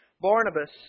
Barnabas